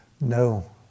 no